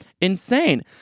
Insane